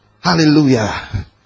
hallelujah